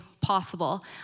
possible